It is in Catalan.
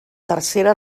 tercera